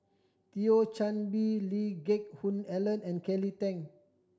Thio Chan Bee Lee Geck Hoon Ellen and Kelly Tang